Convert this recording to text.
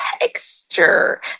texture